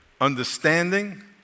understanding